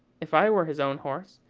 if i were his own horse,